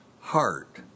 heart